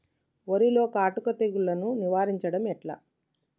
వరిలో కాటుక తెగుళ్లను నివారించడం ఎట్లా?